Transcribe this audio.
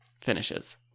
finishes